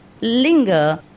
linger